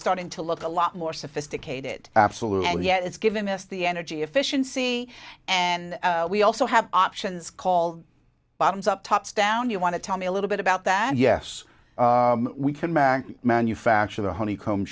starting to look a lot more sophisticated absolutely yet it's given us the energy efficiency and we also have options call bottoms up touch down you want to tell me a little bit about that yes we can max manufacture the honeycomb